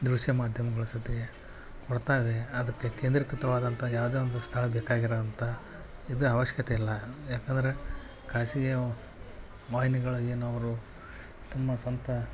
ದೃಶ್ಯ ಮಾಧ್ಯಮಗಳು ಸತೆ ಕೊಡ್ತಾ ಇದೆ ಅದಕ್ಕೆ ಕೇಂದ್ರಿಕೃತವಾದಂಥ ಯಾವುದೇ ಒಂದು ಸ್ಥಳ ಬೇಕಾಗಿರುವಂಥ ಇದು ಅವಶ್ಯಕತೆಯಿಲ್ಲ ಯಾಕಂದರೆ ಖಾಸಗಿ ವಾಹಿನಿಗಳು ಏನು ಅವರು ತಮ್ಮ ಸ್ವಂತ